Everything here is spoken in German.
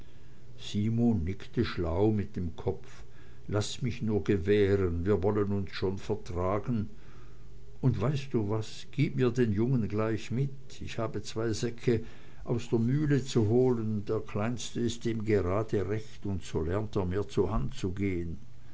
nickte schlau mit dem kopf laß mich nur gewähren wir wollen uns schon vertragen und weißt du was gib mir den jungen gleich mit ich habe zwei säcke aus der mühle zu holen der kleinste ist ihm grad recht und so lernt er mir zur hand gehen